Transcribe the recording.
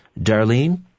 Darlene